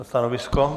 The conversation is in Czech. Stanovisko?